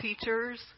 teacher's